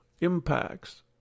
impacts